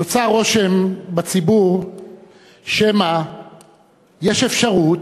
נוצר רושם בציבור שמא יש אפשרות